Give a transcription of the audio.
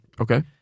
Okay